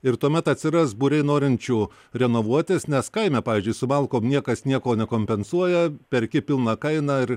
ir tuomet atsiras būriai norinčių renovuotis nes kaime pavyzdžiui su malkom niekas nieko nekompensuoja perki pilna kaina ir